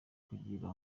kugira